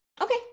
Okay